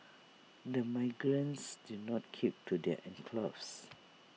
the migrants did not keep to their enclaves